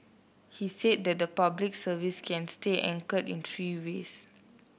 he said that the Public Service can stay anchored in three ways